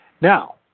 Now